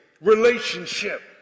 relationship